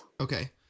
Okay